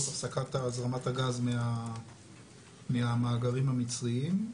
בעקבות הפסקת הזרמת הגז מהמאגרים המצריים,